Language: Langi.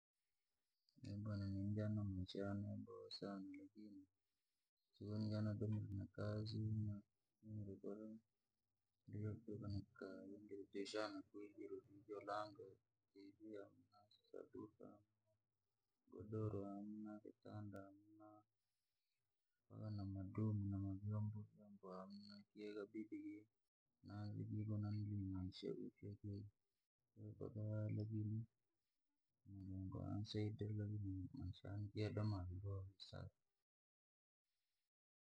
Nini bwana nija na maisha yane yaboha sana lakini, siku ni ja nadomire na kazii nijoshuka na kii nijoshana kwayekirwe sababu ya godoro hamuna, kitanda hamuna, na madumu na mavyombo vyombo hamuna, ikabidi nianze maisha ufy. Lakini mulungu unsaidira maisha ya kadoma vyaboha.